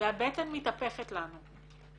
והבטן מתהפכת לנו.